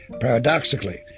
Paradoxically